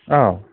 औ